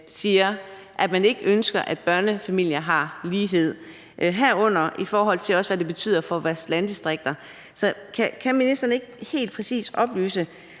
siger, at man ikke ønsker, at børnefamilier har lighed, herunder også i forhold til hvad det betyder for landdistrikter. Så kan ministeren ikke helt præcist oplyse: